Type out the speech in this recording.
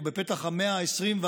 בפתח המאה ה-21,